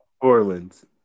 Orleans